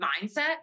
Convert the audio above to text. mindset